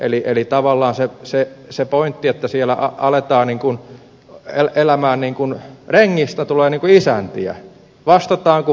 eli tavallaan se pointti on se että kun siellä aletaan niin kuin elää että rengistä tulee ikään kuin isäntiä vastataan kun halutaan jnp